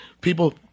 people